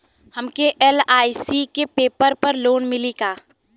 हमके एल.आई.सी के पेपर पर लोन मिली का?